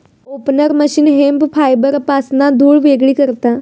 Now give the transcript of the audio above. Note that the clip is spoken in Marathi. ओपनर मशीन हेम्प फायबरपासना धुळ वेगळी करता